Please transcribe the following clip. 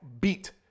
beat